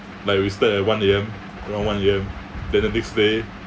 like we stood at one A_M around one A_M then the next day